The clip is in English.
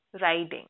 riding